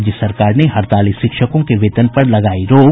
राज्य सरकार ने हड़ताली शिक्षकों के वेतन पर लगायी रोक